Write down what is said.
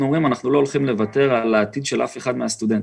אנחנו אומרים שאנחנו לא הולכים לוותר על העתיד של אף אחד מהסטודנטים.